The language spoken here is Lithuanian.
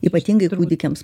ypatingai kudikiams